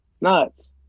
Nuts